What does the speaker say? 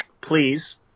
please